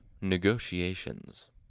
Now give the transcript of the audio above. Negotiations